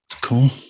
Cool